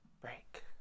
break